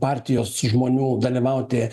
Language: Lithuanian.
partijos žmonių dalyvauti